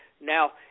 Now